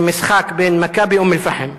במשחק בין "מכבי אום-אל-פחם"